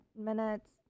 minutes